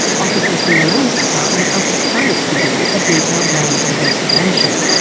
officers from the lands department are supposed to do a detailed lands investigation.